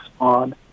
on